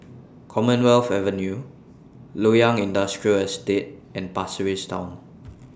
Commonwealth Avenue Loyang Industrial Estate and Pasir Ris Town